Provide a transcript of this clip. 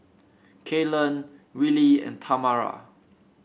Kaylan Willie and Tamara